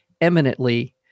eminently